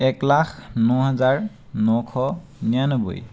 এক লাখ ন হাজাৰ নশ নিৰান্নব্বৈ